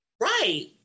right